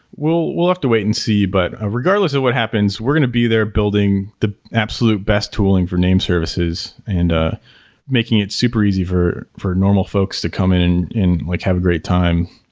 we'll we'll have to wait and see. but ah regardless of what happens, we're going to be there building the absolute best tooling for name services and ah making it super easy for for normal folks to come in and like have a great time,